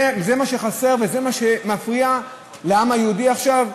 זה מה שחסר וזה מה שמפריע לעם היהודי עכשיו?